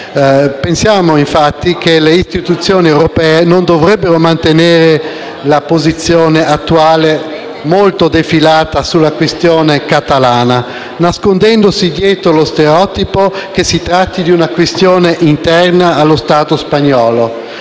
Pensiamo infatti che le istituzioni europee non dovrebbero mantenere l'attuale posizione, molto defilata, sulla questione catalana, nascondendosi dietro lo stereotipo che si tratti di una questione interna allo Stato spagnolo.